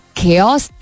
chaos